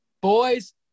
Boys